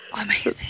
Amazing